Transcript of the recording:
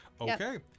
Okay